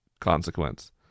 Consequence